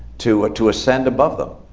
to to ascend above them.